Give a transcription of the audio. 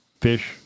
fish